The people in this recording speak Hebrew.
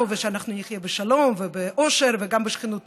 ושאנחנו נחיה בשלום ובאושר וגם בשכנות טובה.